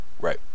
Right